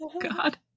God